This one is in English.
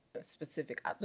Specific